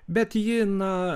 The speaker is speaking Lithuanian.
bet ji na